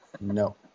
No